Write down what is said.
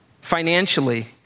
Financially